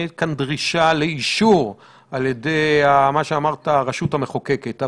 דרישה לאישור של הרשות המחוקקת.